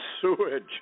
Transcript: sewage